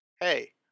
Hey